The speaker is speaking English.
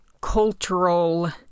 cultural